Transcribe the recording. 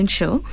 show